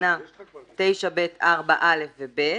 בתקנה 9(ב)(4)(א) ו-(ב)